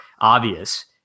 obvious